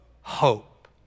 Hope